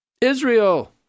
Israel